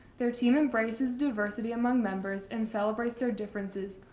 their team embraces diversity among members and celebrates their differences,